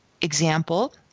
example